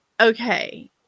okay